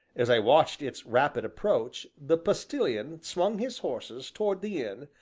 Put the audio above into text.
as i watched its rapid approach, the postilion swung his horses towards the inn,